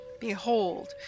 Behold